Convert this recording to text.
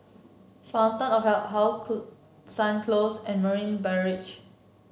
How Sun Close and Marina Barrage